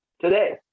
today